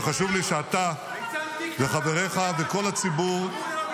-- וחשוב לי שאתה וחבריך -- ליצן טיקטוק